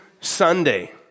Sunday